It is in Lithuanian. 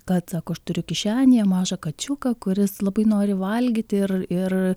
kad sako aš turiu kišenėje mažą kačiuką kuris labai nori valgyti ir ir